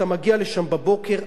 כשאתה מגיע לשם בבוקר,